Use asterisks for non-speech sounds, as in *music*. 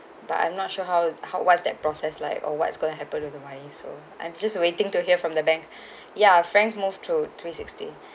but I'm not sure how how what's that process like or what's going to happen with the money so I'm just waiting to hear from the bank *breath* ya frank moved to three sixty *breath*